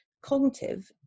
cognitive